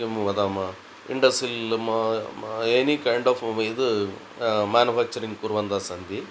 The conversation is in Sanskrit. किं वदामः इन्डस्सिल् म म any kind of it manufacturing कुर्वन्तस्सन्ति